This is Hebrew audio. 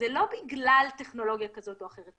זה לא בגלל טכנולוגיה כזאת או אחרת.